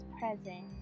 present